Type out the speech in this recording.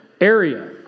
area